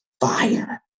fire